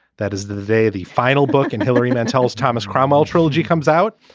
that is the day, the final book. and hilary mantel's thomas crame cultural g comes out.